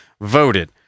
voted